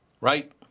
Right